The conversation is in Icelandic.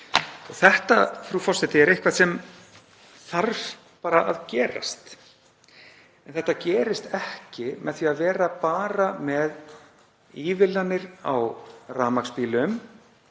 Þetta, frú forseti, er eitthvað sem þarf að gerast en þetta gerist ekki með því að vera bara með ívilnanir á rafmagnsbílum,